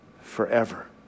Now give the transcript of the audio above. forever